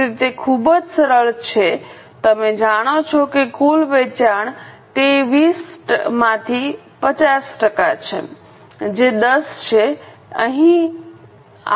તેથી તે ખૂબ જ સરળ છે તમે જાણો છો કે કુલ વેચાણ તે 20 માંથી 50 ટકા છે જે 10 છે તે અહીં આવશે